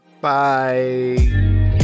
bye